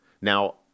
Now